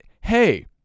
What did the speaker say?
hey